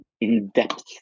in-depth